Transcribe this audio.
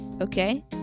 Okay